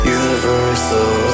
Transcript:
universal